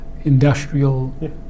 industrial